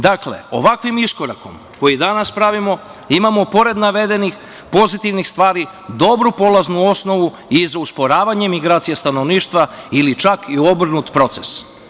Dakle, ovakvim iskorakom koji danas pravimo, imamo pored navedenih pozitivnih stvari dobru polaznu osnovu i za usporavanje migracija stanovništva ili čak i u obrnutom procesu.